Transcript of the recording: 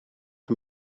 een